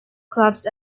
clubs